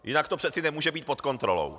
Jinak to přece nemůže být pod kontrolou.